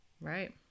Right